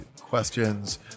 questions